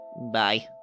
bye